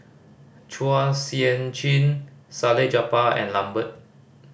Chua Sian Chin Salleh Japar and Lambert